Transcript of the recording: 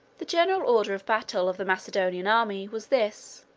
the general order of battle of the macedonian army was this.